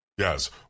Yes